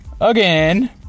Again